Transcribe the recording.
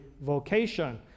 vocation